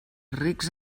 rics